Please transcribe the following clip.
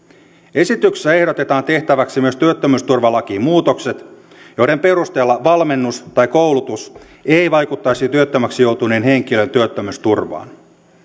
esityksessä ehdotetaan tehtäväksi myös työttömyysturvalakiin muutokset joiden perusteella valmennus tai koulutus ei vaikuttaisi työttömäksi joutuneen henkilön työttömyysturvaan